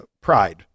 pride